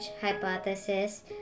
hypothesis